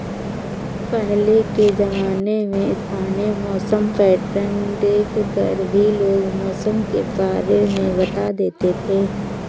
पहले के ज़माने में स्थानीय मौसम पैटर्न देख कर भी लोग मौसम के बारे में बता देते थे